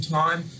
time